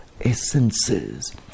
essences